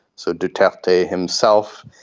so duterte himself,